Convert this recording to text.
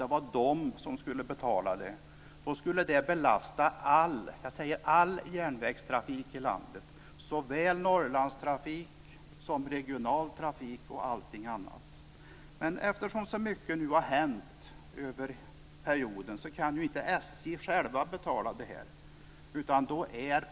Det skulle därför belasta all - jag säger all - järnvägstrafik i landet. Det gällde såväl Norrlandstrafik som regional trafik och allting annat. Eftersom så mycket nu har hänt över perioden kan inte SJ självt betala detta.